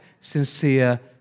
sincere